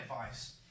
advice